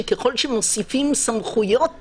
שככל שמוסיפים סמכויות לרשמים,